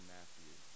Matthew